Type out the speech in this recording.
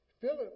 Philip